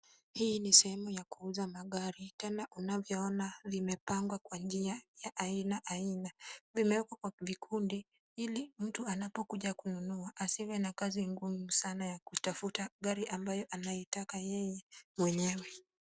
Hii ni sehemu ya kuuza magari. Tena unavyoona vimepangwa kwa njia ya aina aina. Vimewekwa kwa vikundi ili mtu anapokuja kununua asiwe na kazi ngumu sana ya kutafuta gari ambayo anaitaka yeye mwenyewe.